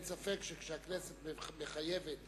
אין ספק שכשהכנסת מחייבת